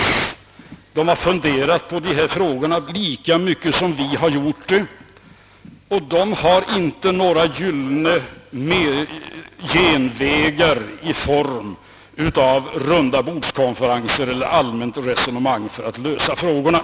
Man har där funderat på dessa frågor lika mycket som vi, och man har inte funnit några genvägar i form av rundabordskonferenser eller allmänna resonemang för att lösa frågorna.